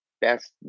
best